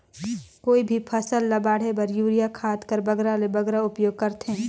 कोई भी फसल ल बाढ़े बर युरिया खाद कर बगरा से बगरा उपयोग कर थें?